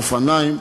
אופניים,